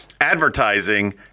advertising